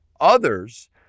others